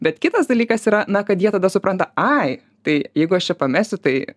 bet kitas dalykas yra na kad jie tada supranta ai tai jeigu aš čia pamesiu tai